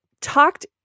talked